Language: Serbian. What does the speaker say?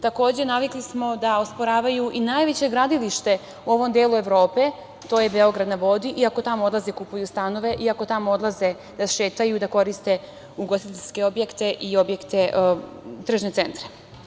Takođe, navikli smo da osporavaju i najveće gradilište u ovom delu Evrope, to je Beograd na vodi, iako tamo odlaze i kupuju stanove, iako tamo odlaze da šetaju i da koriste ugostiteljske objekte i tržne centre.